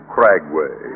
Cragway